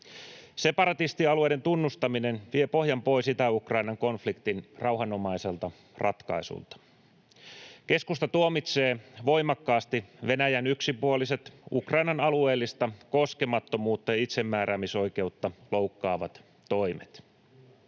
Separatistialueiden tunnustaminen vie pohjan pois Itä-Ukrainan konfliktin rauhanomaiselta ratkaisulta. Keskusta tuomitsee voimakkaasti Venäjän yksipuoliset, Ukrainan alueellista koskemattomuutta ja itsemääräämisoikeutta loukkaavat toimet.